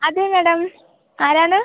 അതെ മാഡം ആരാണ്